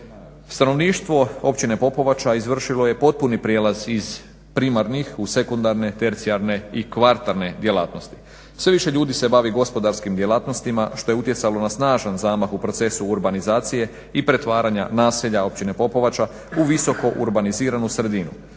Stanovništvo Općine Popovača izvršilo je potpuni prijelaz iz primarnih u sekundarne, tercijarne i kvartalne djelatnosti. Sve više ljudi se bavi gospodarskim djelatnostima što je utjecalo na snažan zamah u procesu urbanizacije i pretvaranja naselja Općine Popovača u visoko urbaniziranu sredinu.